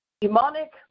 demonic